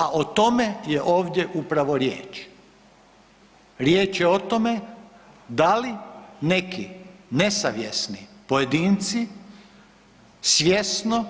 A o tome je ovdje upravo riječ, riječ je o tome da li neki nesavjesni pojedinci svjesno,